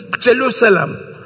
Jerusalem